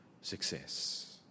success